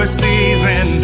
season